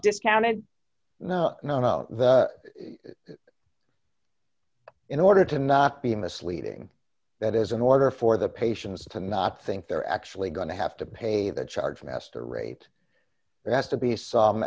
discounted no no no in order to not be misleading that is in order for the patients to not think they're actually going to have to pay the chargemaster rate there has to be some